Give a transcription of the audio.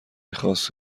خاص